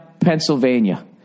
Pennsylvania